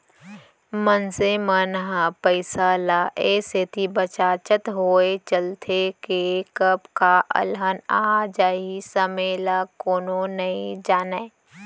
मनसे मन ह पइसा ल ए सेती बचाचत होय चलथे के कब का अलहन आ जाही समे ल कोनो नइ जानयँ